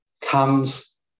comes